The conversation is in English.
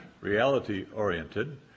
reality-oriented